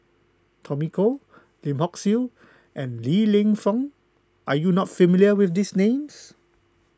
Tommy Koh Lim Hock Siew and Li Lienfung are you not familiar with these names